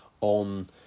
on